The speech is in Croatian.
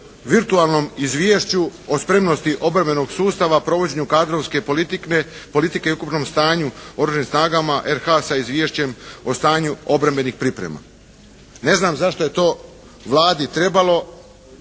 virtualnom izvješću o spremnosti obrambenog sustava, provođenju kadrovske politike i ukupnom stanju u oružanim snagama RH sa izvješćem o stanju obrambenih priprema. Ne znam zašto je to Vladi trebalo.